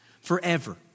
forever